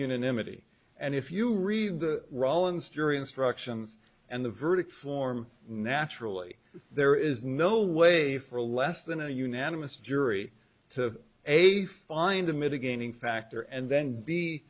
unanimity and if you read the rollins jury instructions and the verdict form naturally there is no way for less than a unanimous jury to a find a mitigating factor and